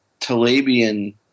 Talabian